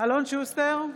אלון שוסטר,